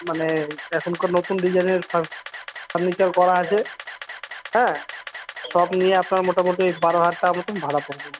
মানে এখনকার নতুন ডিজাইনের ফার ফার্নিচার করা আছে হ্যাঁ সব নিয়ে আপনার মোটামোটি বারো হাজার টাকা মতন ভাড়া পরবে